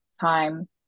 time